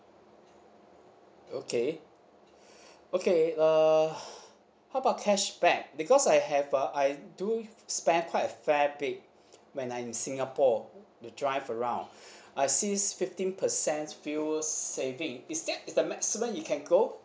okay okay err how about cashback because I have a I do spend quite a fair bit when I'm in singapore to drive around I see fifteen percent fuels saving is that is the maximum you can go